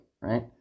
right